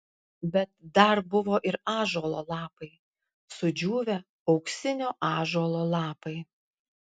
bet dar buvo ir ąžuolo lapai sudžiūvę auksinio ąžuolo lapai